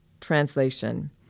translation